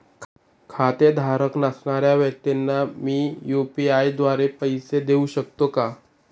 खातेधारक नसणाऱ्या व्यक्तींना मी यू.पी.आय द्वारे पैसे देऊ शकतो का?